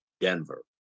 Denver